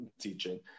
teaching